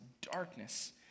darkness